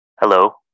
Hello